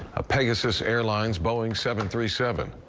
a pegasus airlines boeing seven, three, seven,